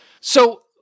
So-